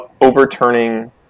overturning